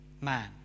man